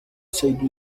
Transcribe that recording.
said